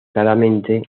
claramente